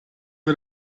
wir